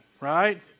right